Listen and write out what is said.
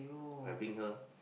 I bring her